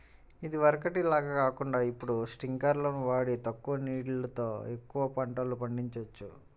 ఇదివరకటి లాగా కాకుండా ఇప్పుడు స్పింకర్లును వాడి తక్కువ నీళ్ళతో ఎక్కువ పంటలు పండిచొచ్చు